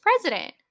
president